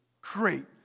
Great